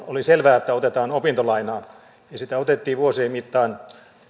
oli selvää että otetaan opintolainaa ja sitä otettiin vuosien mittaan